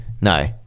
No